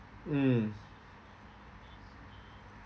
mm